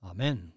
Amen